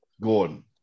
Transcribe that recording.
Gordon